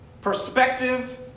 perspective